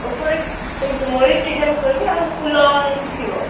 ଉପରେ ସେ ମୟୂର ଡିଜାଇନ୍ କରିବେ ଆଉ ଫୁଲ ଏମିତି ଥିବ